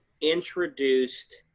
introduced